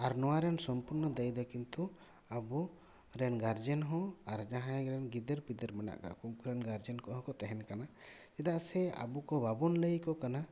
ᱟᱨ ᱱᱚᱣᱟ ᱨᱮᱱ ᱥᱚᱢᱯᱩᱨᱱᱳ ᱫᱟᱭᱤ ᱫᱚ ᱠᱤᱱᱛᱩ ᱟᱵᱚᱨᱮᱱ ᱜᱟᱨᱡᱮᱱ ᱦᱚᱸ ᱟᱨ ᱡᱟᱦᱟᱸᱭ ᱨᱮᱱ ᱜᱤᱫᱟᱹᱨ ᱯᱤᱫᱟᱹᱨ ᱢᱮᱱᱟᱜ ᱠᱟᱜ ᱠᱚ ᱩᱱᱠᱩᱨᱮᱱ ᱜᱟᱨᱡᱮᱱ ᱠᱚᱣᱟᱜ ᱦᱚᱸ ᱛᱟᱦᱮᱱ ᱠᱟᱱᱟ ᱪᱮᱫᱟᱜ ᱥᱮ ᱟᱵᱚᱠᱚ ᱵᱟᱵᱚ ᱞᱟᱹᱭ ᱟᱠᱚ ᱠᱟᱱᱟ